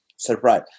Surprise